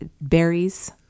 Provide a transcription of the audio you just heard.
berries